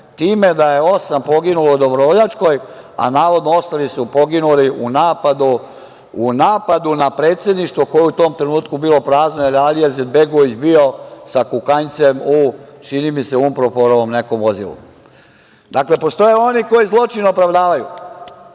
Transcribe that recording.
time da je osam poginulo u Dobrovoljačkoj, a navodno ostali su poginuli u napadu na predsedništvo, koje je u tom trenutku bilo prazno, jer je Alija Izetbegović bio sa Kukanjcem u, čini mi se, UNPROFOR-ovom nekom vozilu. Dakle, postoje oni koji zločine opravdavaju,